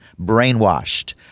brainwashed